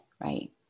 right